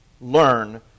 learn